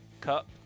cup